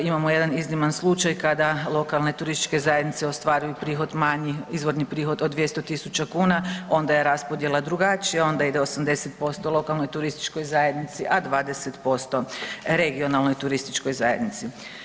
Imamo jedan izniman slučaj kada lokalne turističke zajednice ostvaruju izvorni prihod manji od 200.000 kuna onda je raspodjela drugačija, onda ide 80% lokalnoj turističkoj zajednici, a 20% regionalnoj turističkoj zajednici.